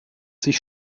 sich